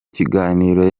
kiganiro